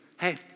Hey